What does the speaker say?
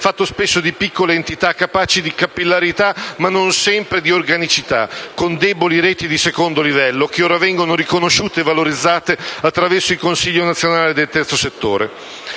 fatto spesso di piccole entità capaci di capillarità ma non sempre di organicità, con deboli reti di secondo livello che ora vengono riconosciute e valorizzate attraverso il Consiglio nazionale del terzo settore.